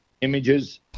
images